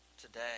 today